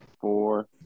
four